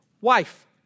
wife